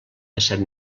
dèsset